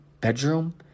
bedroom